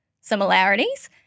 similarities